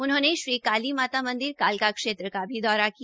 उन्होंने श्री काली माता मन्दिर कालका क्षेत्र का भी दौरा किया